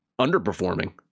underperforming